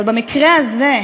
אבל במקרה הזה,